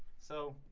so,